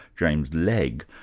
james legge,